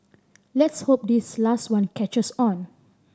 let's hope this last one catches on